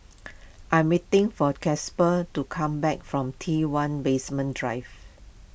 I am waiting for Casper to come back from T one Basement Drive